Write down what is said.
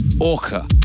orca